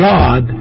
God